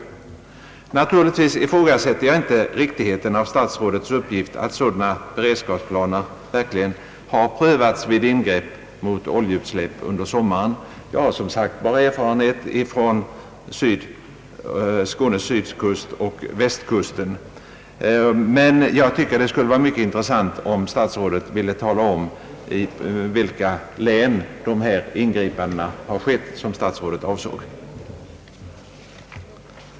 Naturligtvis ifrågasätter jag inte riktigheten av statsrådets uppgift att sådana beredskapsplaner verkligen har prövats vid ingrepp mot oljeutsläpp under sommaren. Jag har som sagt bara erfarenhet från Skåne och västkusten, men jag tycker att det skulle vara intressant, om statsrådet ville tala om i vilka län de ingripanden skett som statsrådet avsåg.